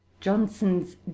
Johnson's